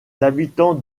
habitants